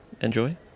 Enjoy